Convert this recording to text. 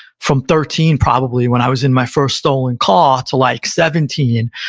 from thirteen, probably, when i was in my first stolen car, to like seventeen,